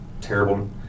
terrible